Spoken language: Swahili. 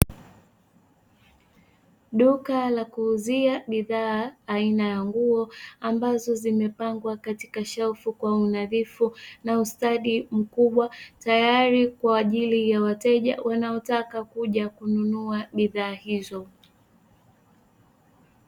Duka la kuuzia bidhaa aina ya nguo, ambazo zimepangwa katika shelfu kwa unadhifu na ustadi mkubwa tayari kwaajili ya wateja wanaotaka kuja kununua bidhaa hizo.